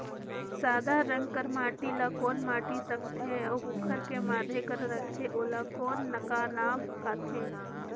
सादा रंग कर माटी ला कौन माटी सकथे अउ ओकर के माधे कर रथे ओला कौन का नाव काथे?